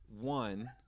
One